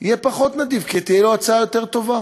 יהיה פחות נדיב, כי תהיה לו הצעה יותר טובה.